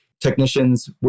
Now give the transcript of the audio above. Technicians